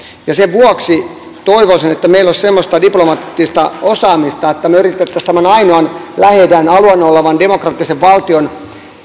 sen vuoksi toivoisin että meillä olisi semmoista diplomaattista osaamista että me yrittäisimme tämän ainoan lähi idän alueella olevan demokraattisen valtion